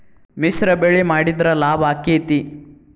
ಮಿಶ್ರ ಬೆಳಿ ಮಾಡಿದ್ರ ಲಾಭ ಆಕ್ಕೆತಿ?